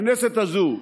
הכנסת הזאת,